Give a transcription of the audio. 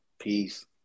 Peace